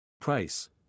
Price